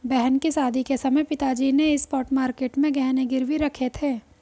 बहन की शादी के समय पिताजी ने स्पॉट मार्केट में गहने गिरवी रखे थे